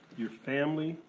your family,